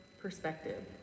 perspective